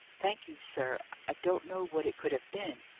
thank you, sir i don't know what it could have been.